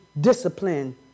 discipline